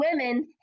women